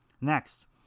Next